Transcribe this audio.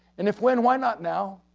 and if when, why not now?